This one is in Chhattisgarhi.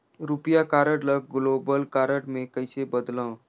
रुपिया कारड ल ग्लोबल कारड मे कइसे बदलव?